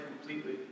completely